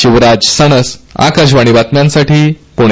शिवराज सणस आकाशवाणी बातम्यांसाठी प्णे